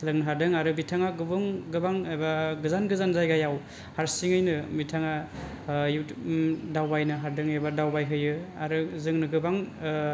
सोलोंनो हादों आरो बिथाङा गुबुं गोबां एबा गोजान गोजान जायगायाव हारसिङैनो बिथाङा इउथुब दावबायनो हादों एबा दावबायहैयो आरो जोंनो गोबां